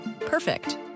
Perfect